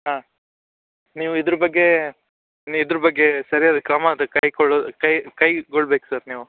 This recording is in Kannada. ಹಾಂ ನೀವು ಇದ್ರ ಬಗ್ಗೆ ಇದ್ರ ಬಗ್ಗೆ ಸರಿಯಾದ ಕ್ರಮ ತೇಗ್ ಕೈ ಕೊಳ್ಳೋದು ಕೈ ಕೈಗೊಳ್ಬೇಕು ಸರ್ ನೀವು